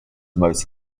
most